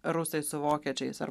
rusai su vokiečiais ar